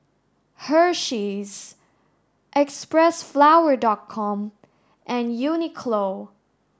Hersheys Xpressflower com and Uniqlo